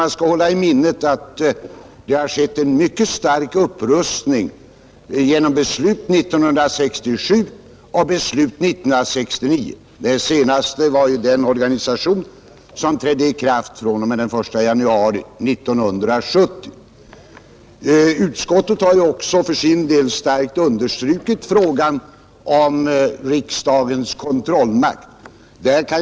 Man bör också hålla i minnet att det skett en mycket stark upprustning genom besluten 1967 och 1969 — det senaste gällde den organisation som träder i kraft fr.o.m. den 1 januari 1970. Utskottet har också för sin del starkt understrukit frågan om riksdagens kontrollmakt.